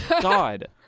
God